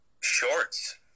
shorts